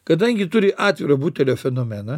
kadangi turi atviro butelio fenomeną